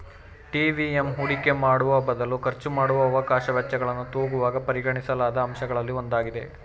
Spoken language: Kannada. ಟಿ.ವಿ.ಎಮ್ ಹೂಡಿಕೆ ಮಾಡುವಬದಲು ಖರ್ಚುಮಾಡುವ ಅವಕಾಶ ವೆಚ್ಚಗಳನ್ನು ತೂಗುವಾಗ ಪರಿಗಣಿಸಲಾದ ಅಂಶಗಳಲ್ಲಿ ಒಂದಾಗಿದೆ